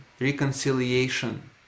reconciliation